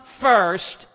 first